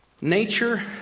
Nature